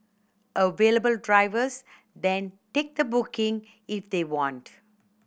available drivers then take the booking if they want